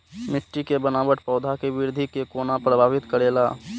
मिट्टी के बनावट पौधा के वृद्धि के कोना प्रभावित करेला?